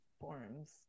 forms